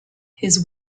his